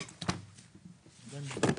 אני אתייחס.